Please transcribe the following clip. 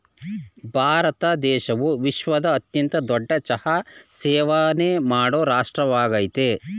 ಭಾರತ ದೇಶವು ವಿಶ್ವದ ಅತ್ಯಂತ ದೊಡ್ಡ ಚಹಾ ಸೇವನೆ ಮಾಡೋ ರಾಷ್ಟ್ರವಾಗಯ್ತೆ